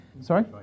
Sorry